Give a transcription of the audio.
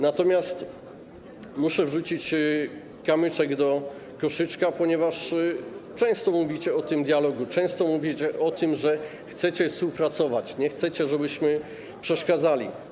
Natomiast muszę wrzucić kamyczek do koszyczka, ponieważ często mówicie o tym dialogu, często mówicie o tym, że chcecie współpracować, nie chcecie, żebyśmy przeszkadzali.